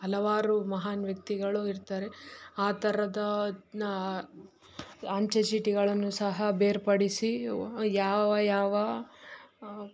ಹಲವಾರು ಮಹಾನ್ ವ್ಯಕ್ತಿಗಳು ಇರ್ತಾರೆ ಆ ಥರದ ನಾ ಅಂಚೆ ಚೀಟಿಗಳನ್ನು ಸಹ ಬೇರ್ಪಡಿಸಿ ಯಾವ ಯಾವ